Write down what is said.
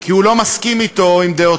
כי הוא לא מסכים אתו, עם דעותיו,